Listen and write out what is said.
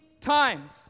times